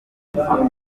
ihwa